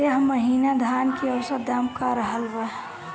एह महीना धान के औसत दाम का रहल बा?